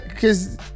Cause